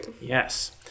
Yes